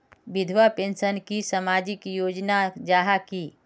विधवा पेंशन की सामाजिक योजना जाहा की?